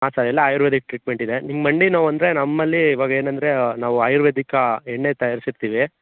ಹಾಂ ಸರ್ ಎಲ್ಲ ಆಯುರ್ವೇದಿಕ್ ಟ್ರೀಟ್ಮೆಂಟ್ ಇದೆ ನಿಮ್ಮ ಮಂಡಿ ನೋವು ಅಂದರೆ ನಮ್ಮಲ್ಲಿ ಇವಾಗ ಏನಂದರೆ ನಾವು ಆಯುರ್ವೇದಿಕ ಎಣ್ಣೆ ತಯಾರ್ಸಿ ಇರ್ತೀವಿ